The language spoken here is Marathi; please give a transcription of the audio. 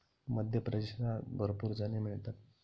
मध्य प्रदेशात भरपूर चणे मिळतात